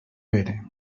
pere